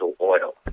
oil